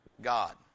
God